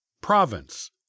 province